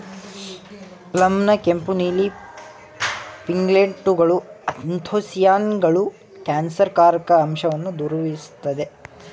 ಪ್ಲಮ್ನ ಕೆಂಪು ನೀಲಿ ಪಿಗ್ಮೆಂಟ್ಗಳು ಆ್ಯಂಥೊಸಿಯಾನಿನ್ಗಳು ಕ್ಯಾನ್ಸರ್ಕಾರಕ ಅಂಶವನ್ನ ದೂರವಿರ್ಸ್ತದೆ